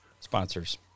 sponsors